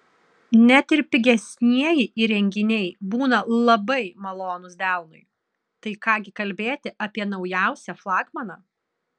net ir pigesnieji įrenginiai būna labai malonūs delnui tai ką gi kalbėti apie naujausią flagmaną